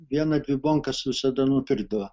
vieną dvi bonkas visada nupirkdavo